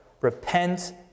Repent